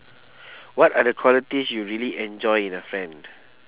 what are the qualities you really enjoy in a friend